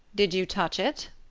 did you touch it?